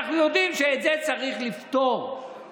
אנחנו יודעים שצריך לפתור את זה.